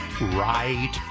right